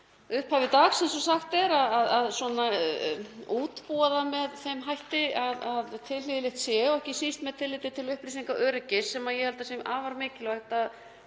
upphafi dags, eins og sagt er, að útbúa það með þeim hætti svo tilhlýðilegt sé, ekki síst með tilliti til upplýsingaöryggis, sem ég held að sé afar mikilvægt.